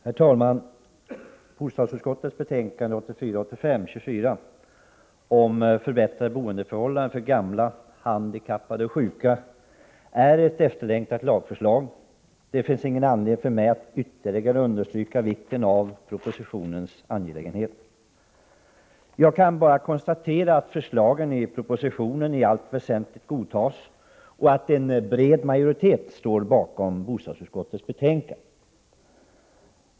Herr talman! Bostadsutskottets betänkande 1984/85:24 om förbättrade boendeförhållanden för gamla, handikappade och långvarigt sjuka innehåller ett efterlängtat lagförslag. Det finns ingen anledning för mig att ytterligare understryka det angelägna i propositionsförslagen. Jag kan bara konstatera att propositionsförslagen i allt väsentligt godtas och att en bred majoritet står bakom bostadsutskottets betänkande.